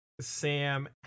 Sam